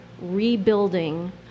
rebuilding